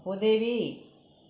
உதவி